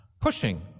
pushing